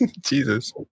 Jesus